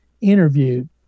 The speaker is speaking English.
interviewed